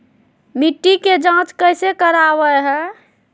मिट्टी के जांच कैसे करावय है?